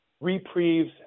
Reprieves